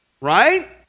Right